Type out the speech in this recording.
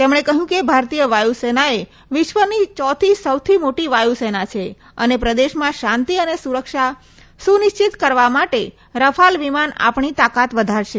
તેમણે કહ્યું કે ભારતીય વાયુસેનાએ વિશ્વની ચોથી સૌથી મોટી વાયુસેના છે અને પ્રદેશમાં શાંતિ અને સુરક્ષા સુનિશ્ચિત કરવા માટે રફાલ વિમાન આપણી તાકાત વધારશે